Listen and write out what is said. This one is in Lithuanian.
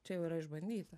čia jau yra išbandyta